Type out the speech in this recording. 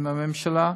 עם הממשלה,